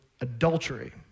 adultery